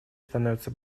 становится